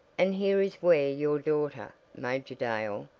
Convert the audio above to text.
and here is where your daughter, major dale,